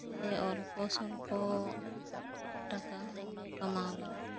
ᱥᱮ ᱚᱞᱯᱚ ᱥᱚᱞᱯᱚ ᱴᱟᱠᱟ ᱦᱚᱸ ᱠᱟᱢᱟᱣ ᱜᱟᱱᱚᱜᱼᱟ